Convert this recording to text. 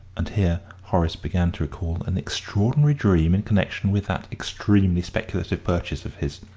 and here horace began to recall an extraordinary dream in connection with that extremely speculative purchase of his.